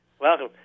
Welcome